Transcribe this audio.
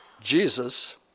Jesus